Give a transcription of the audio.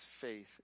faith